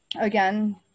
again